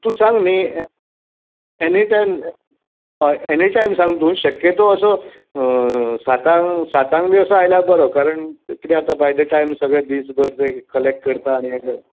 तूं सांग न्ही एनी टायम हय एनी टायम सांग तूं शक्यतो असो सातांक सातांक बी तसो आयल्यार बरो कारण कितें जाता बाय डॅट टायम सगळें दीस भर तें कलॅक्ट करता आनी हें करता